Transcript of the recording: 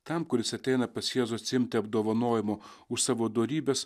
tam kuris ateina pas jėzų atsiimti apdovanojimo už savo dorybes